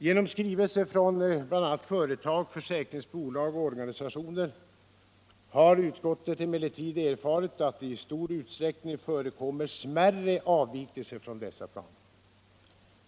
I en skrivelse från bl.a. företag, försäkringsbolag och organisationer har utskottet emellertid erfarit att det i stor utsträckning förekommer smärre avvikelser från dessa planer.